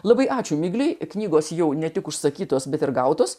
labai ačiū migliui knygos jau ne tik užsakytos bet ir gautos